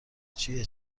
چیه